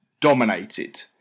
dominated